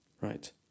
Right